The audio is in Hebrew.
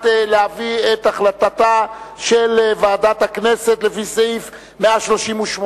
להביא את החלטתה של ועדת הכנסת לפי סעיף 138,